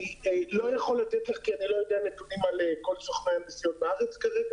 אני לא יכול לתת לך נתונים על כל סוכני הנסיעות בארץ כרגע